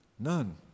None